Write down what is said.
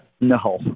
No